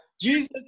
jesus